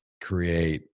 create